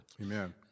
Amen